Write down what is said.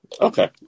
okay